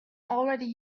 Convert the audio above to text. already